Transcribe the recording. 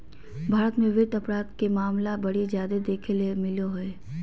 भारत मे वित्त अपराध के मामला बड़ी जादे देखे ले मिलो हय